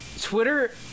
Twitter